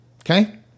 Okay